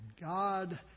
God